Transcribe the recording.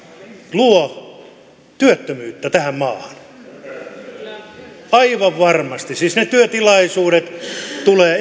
luo työttömyyttä tähän maahan aivan varmasti siis ne työtilaisuudet tulevat